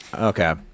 Okay